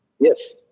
Yes